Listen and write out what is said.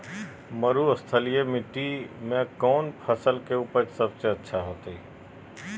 मरुस्थलीय मिट्टी मैं कौन फसल के उपज सबसे अच्छा होतय?